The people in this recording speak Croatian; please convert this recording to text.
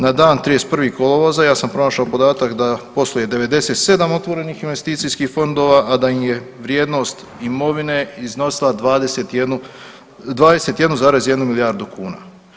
Na dan 31. kolovoza, ja sam pronašao podatak da posluje 97 otvorenih investicijskih fondova a da im je vrijednost imovine iznosila 21,1 milijardu kuna.